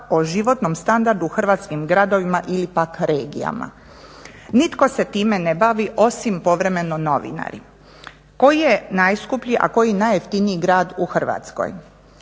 o životnom standardu, hrvatskim gradovima ili pak regijama. Nitko se time ne bavi osim povremeno novinari. Koji je najskupljiji a koji najjeftiniji grad u Hrvatskoj?